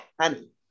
honey